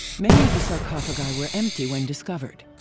many of the sarcophagi were empty when discovered.